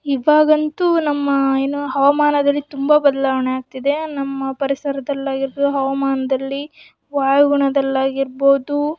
ಇವಾಗಂತೂ ನಮ್ಮ ಏನು ಹವಾಮಾನದಲ್ಲಿ ತುಂಬ ಬದಲಾವಣೆ ಆಗ್ತಿದೆ ನಮ್ಮ ಪರಿಸರದಲ್ಲಾಗಿರ್ಬೋದು ಹವಾಮಾನದಲ್ಲಿ ವಾಯುಗುಣದಲ್ಲಾಗಿರ್ಬೋದು